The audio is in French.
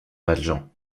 valjean